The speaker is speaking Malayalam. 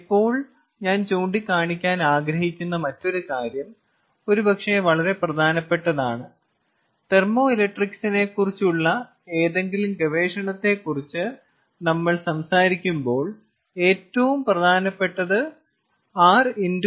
ഇപ്പോൾ ഞാൻ ചൂണ്ടിക്കാണിക്കാൻ ആഗ്രഹിക്കുന്ന മറ്റൊരു കാര്യം ഒരുപക്ഷേ വളരെ പ്രധാനപ്പെട്ടതാണ് തെർമോഇലക്ട്രിക്സിനെ കുറിച്ചുള്ള ഏതെങ്കിലും ഗവേഷണത്തെക്കുറിച്ച് നമ്മൾ സംസാരിക്കുമ്പോൾ ഏറ്റവും പ്രധാനപ്പെട്ടത് R